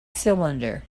cylinder